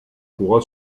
pourra